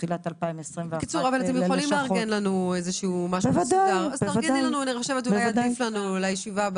אני מבקשת שלישיבה הבאה תארגני לנו מסמך מסודר.